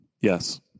Yes